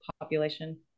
population